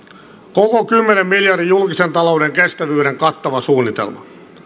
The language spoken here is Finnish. koko kymmenen miljardin julkisen talouden kestävyyden kattava suunnitelma